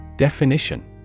Definition